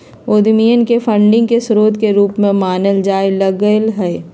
उद्यमियन के फंडिंग के स्रोत के रूप में मानल जाय लग लय